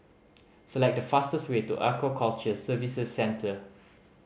select the fastest way to Aquaculture Services Centre